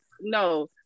no